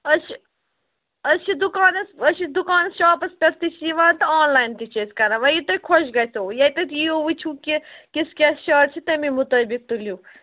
أسۍ چھِ أسۍ چھِ دُکانَس أسۍ چھِ دُکانَس شاپَس پٮ۪ٹھ تہِ چھِ یِوان تہٕ آن لایِن تہِ چھِ أسۍ کَران وۅنۍ یہِ تۄہہِ خۄش گژھٮ۪و ییٚتٮ۪تھ یِیو وُچھِو کہِ کِس کیٛاہ شٲرٹ چھِ تَمے مُطٲبِق تُلِو